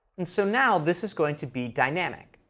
and so now, this is going to be dynamic,